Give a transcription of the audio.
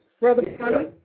brother